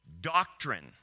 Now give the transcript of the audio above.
doctrine